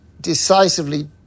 decisively